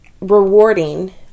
rewarding